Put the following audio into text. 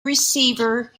receiver